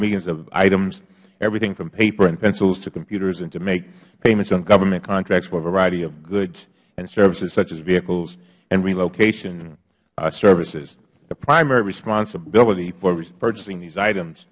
millions of items everything from paper and pencils to computers and to make payments on government contracts for variety of goods and services such as vehicles and relocation services the primary responsibility for purchasing these items